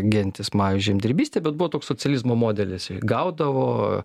gentys majų žemdirbyste bet buvo toks socializmo modelis gaudavo